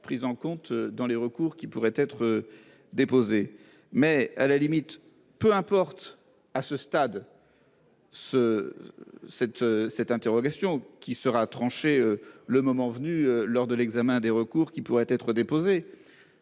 pris en compte dans les recours qui pourraient être. Déposées mais à la limite, peu importe. À ce stade. Ce. Cette cette interrogation qui sera tranché le moment venu. Lors de l'examen des recours qui pourraient être déposées.